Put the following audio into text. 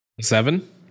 seven